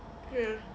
ya